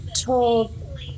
Told